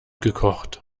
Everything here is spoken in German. gekocht